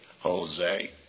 Jose